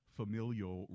familial